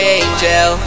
angel